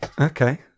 Okay